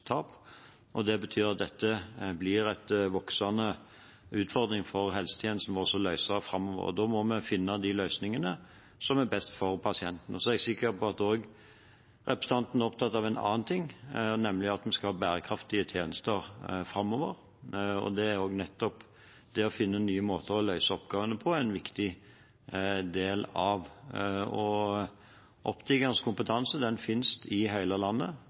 Det betyr at dette blir en voksende utfordring for helsetjenesten vår å løse framover. Da må vi finne de løsningene som er best for pasientene. Så er jeg sikker på at også representanten er opptatt av en annen ting, nemlig at vi skal ha bærekraftige tjenester framover. Nettopp det å finne nye måter å løse oppgavene på er en viktig del av det. Optikernes kompetanse finnes i hele landet,